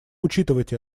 учитывать